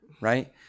right